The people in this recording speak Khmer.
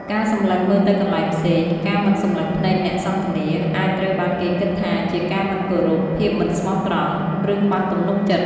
ការសម្លឹងមើលទៅកន្លែងផ្សេង ការមិនសម្លឹងភ្នែកអ្នកសន្ទនា អាចត្រូវបានគេគិតថាជាការមិនគោរព ភាពមិនស្មោះត្រង់ ឬខ្វះទំនុកចិត្ត។